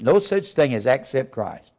no such thing as accept christ